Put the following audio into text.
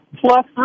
plus